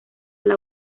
las